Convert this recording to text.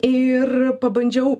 ir pabandžiau